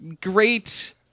great